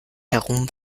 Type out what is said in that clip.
herum